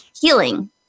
healing